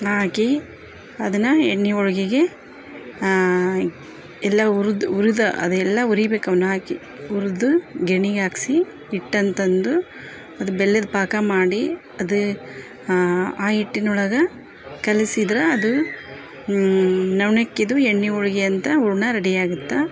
ಹಾಕಿ ಅದನ್ನ ಎಣ್ಣೆ ಹೋಳ್ಗಿಗೆ ಎಲ್ಲಾ ಹುರ್ದು ಹುರಿದು ಅದು ಎಲ್ಲ ಹುರಿಬೇಕು ಅವನ್ನ ಹಾಕಿ ಹುರ್ದು ಗೇಣಿ ಹಾಕ್ಸಿ ಹಿಟ್ಟನ್ ತಂದು ಅದು ಬೆಲ್ಲದ ಪಾಕ ಮಾಡಿ ಅದ ಆ ಹಿಟ್ಟಿನೊಳಗ ಕಲಸಿದ್ರ ಅದು ನವಣಕ್ಕಿದು ಎಣ್ಣೆ ಹೋಳಿಗಿ ಅಂತ ಹೂರ್ಣ ರೆಡಿ ಆಗುತ್ತೆ